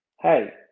hey